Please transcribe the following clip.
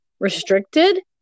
restricted